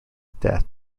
death